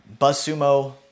BuzzSumo